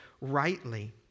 rightly